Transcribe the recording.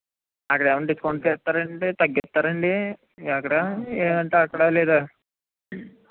అక్కడ ఏమన్న డిస్కౌంట్ చేస్తారాండి తగ్గిస్తారా అండి లేదంటే అక్కడా లేదా